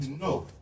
no